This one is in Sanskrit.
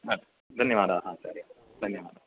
हा धन्यवादाः आचार्याः धन्यवादाः